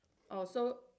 orh so